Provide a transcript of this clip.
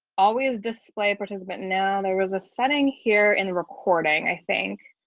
always display participant now there was a setting here in recording i think,